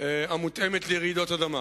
המותאמת לרעידות אדמה,